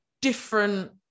different